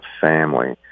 family